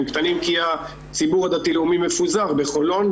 הם קטנים כי הציבור הדתי לאומי מפוזר בחולון,